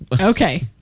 Okay